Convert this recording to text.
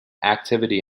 activity